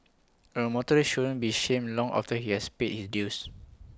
A motorist shouldn't be shamed long after he has paid his dues